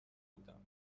بودم